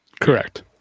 correct